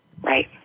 Right